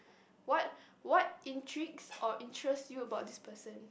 what what intrigues or interest you about this person